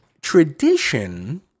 tradition